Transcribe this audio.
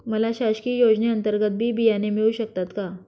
मला शासकीय योजने अंतर्गत बी बियाणे मिळू शकतात का?